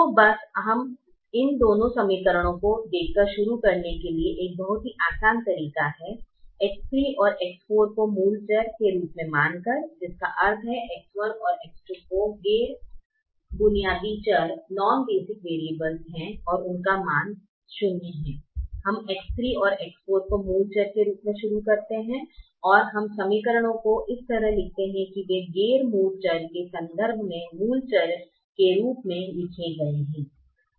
तो बस हम इन दोनों समीकरणों को देखकर शुरू करने के लिए एक बहुत ही आसान तरीका है X3 और X4 को मूल चर के रूप में मान कर जिसका अर्थ है कि X1 और X2 गैर बुनियादी चर हैं और उनका मान 0 है हम X3 और X4 को मूल चर के रूप में शुरू करते हैं और हम समीकरणों को इस तरह लिखते हैं कि वे गैर मूल चर के संदर्भ में मूल चर के रूप में लिखे गए हैं